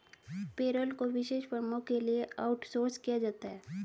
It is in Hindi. पेरोल को विशेष फर्मों के लिए आउटसोर्स किया जाता है